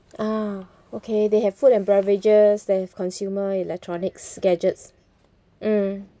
ah okay they have food and beverages they have consumer electronics gadgets mm